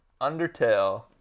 Undertale